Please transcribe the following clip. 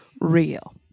real